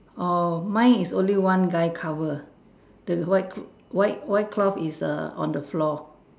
oh mine is only one guy cover the white white cloth is on the floor